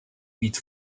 být